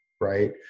right